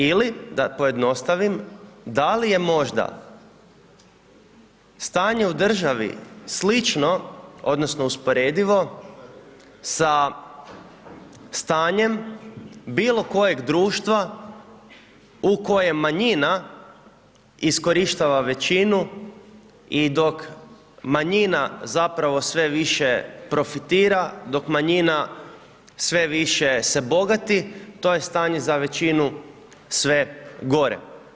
Ili da pojednostavim, da li je možda stanje u državi, slično odnosno, usporedivo sa stanjem bilo kojeg društva u kojem manjina iskorištava većinu i dok manjina zapravo sve više profitira, dok manjina sve više se bogati to je stanje za većinu sve gore.